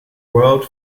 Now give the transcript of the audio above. world